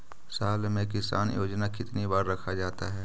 साल में किसान योजना कितनी बार रखा जाता है?